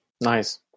nice